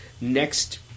next